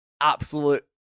absolute